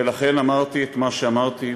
ולכן אמרתי את מה שאמרתי,